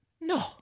No